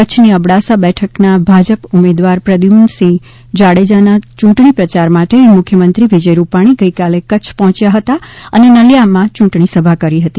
કચ્છની અબડાસા બેઠકના ભાજપ ઉમેદવાર પ્રદ્યુમનસિંહ જાડેજાના ચૂંટણી પ્રચાર માટે મુખ્યમંત્રી વિજય રૂપાણી ગઈકાલે કચ્છ પહોંચ્યા હતા અને નલિયામાં ચૂંટણી સભા કરી હતી